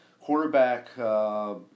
quarterback